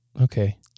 Okay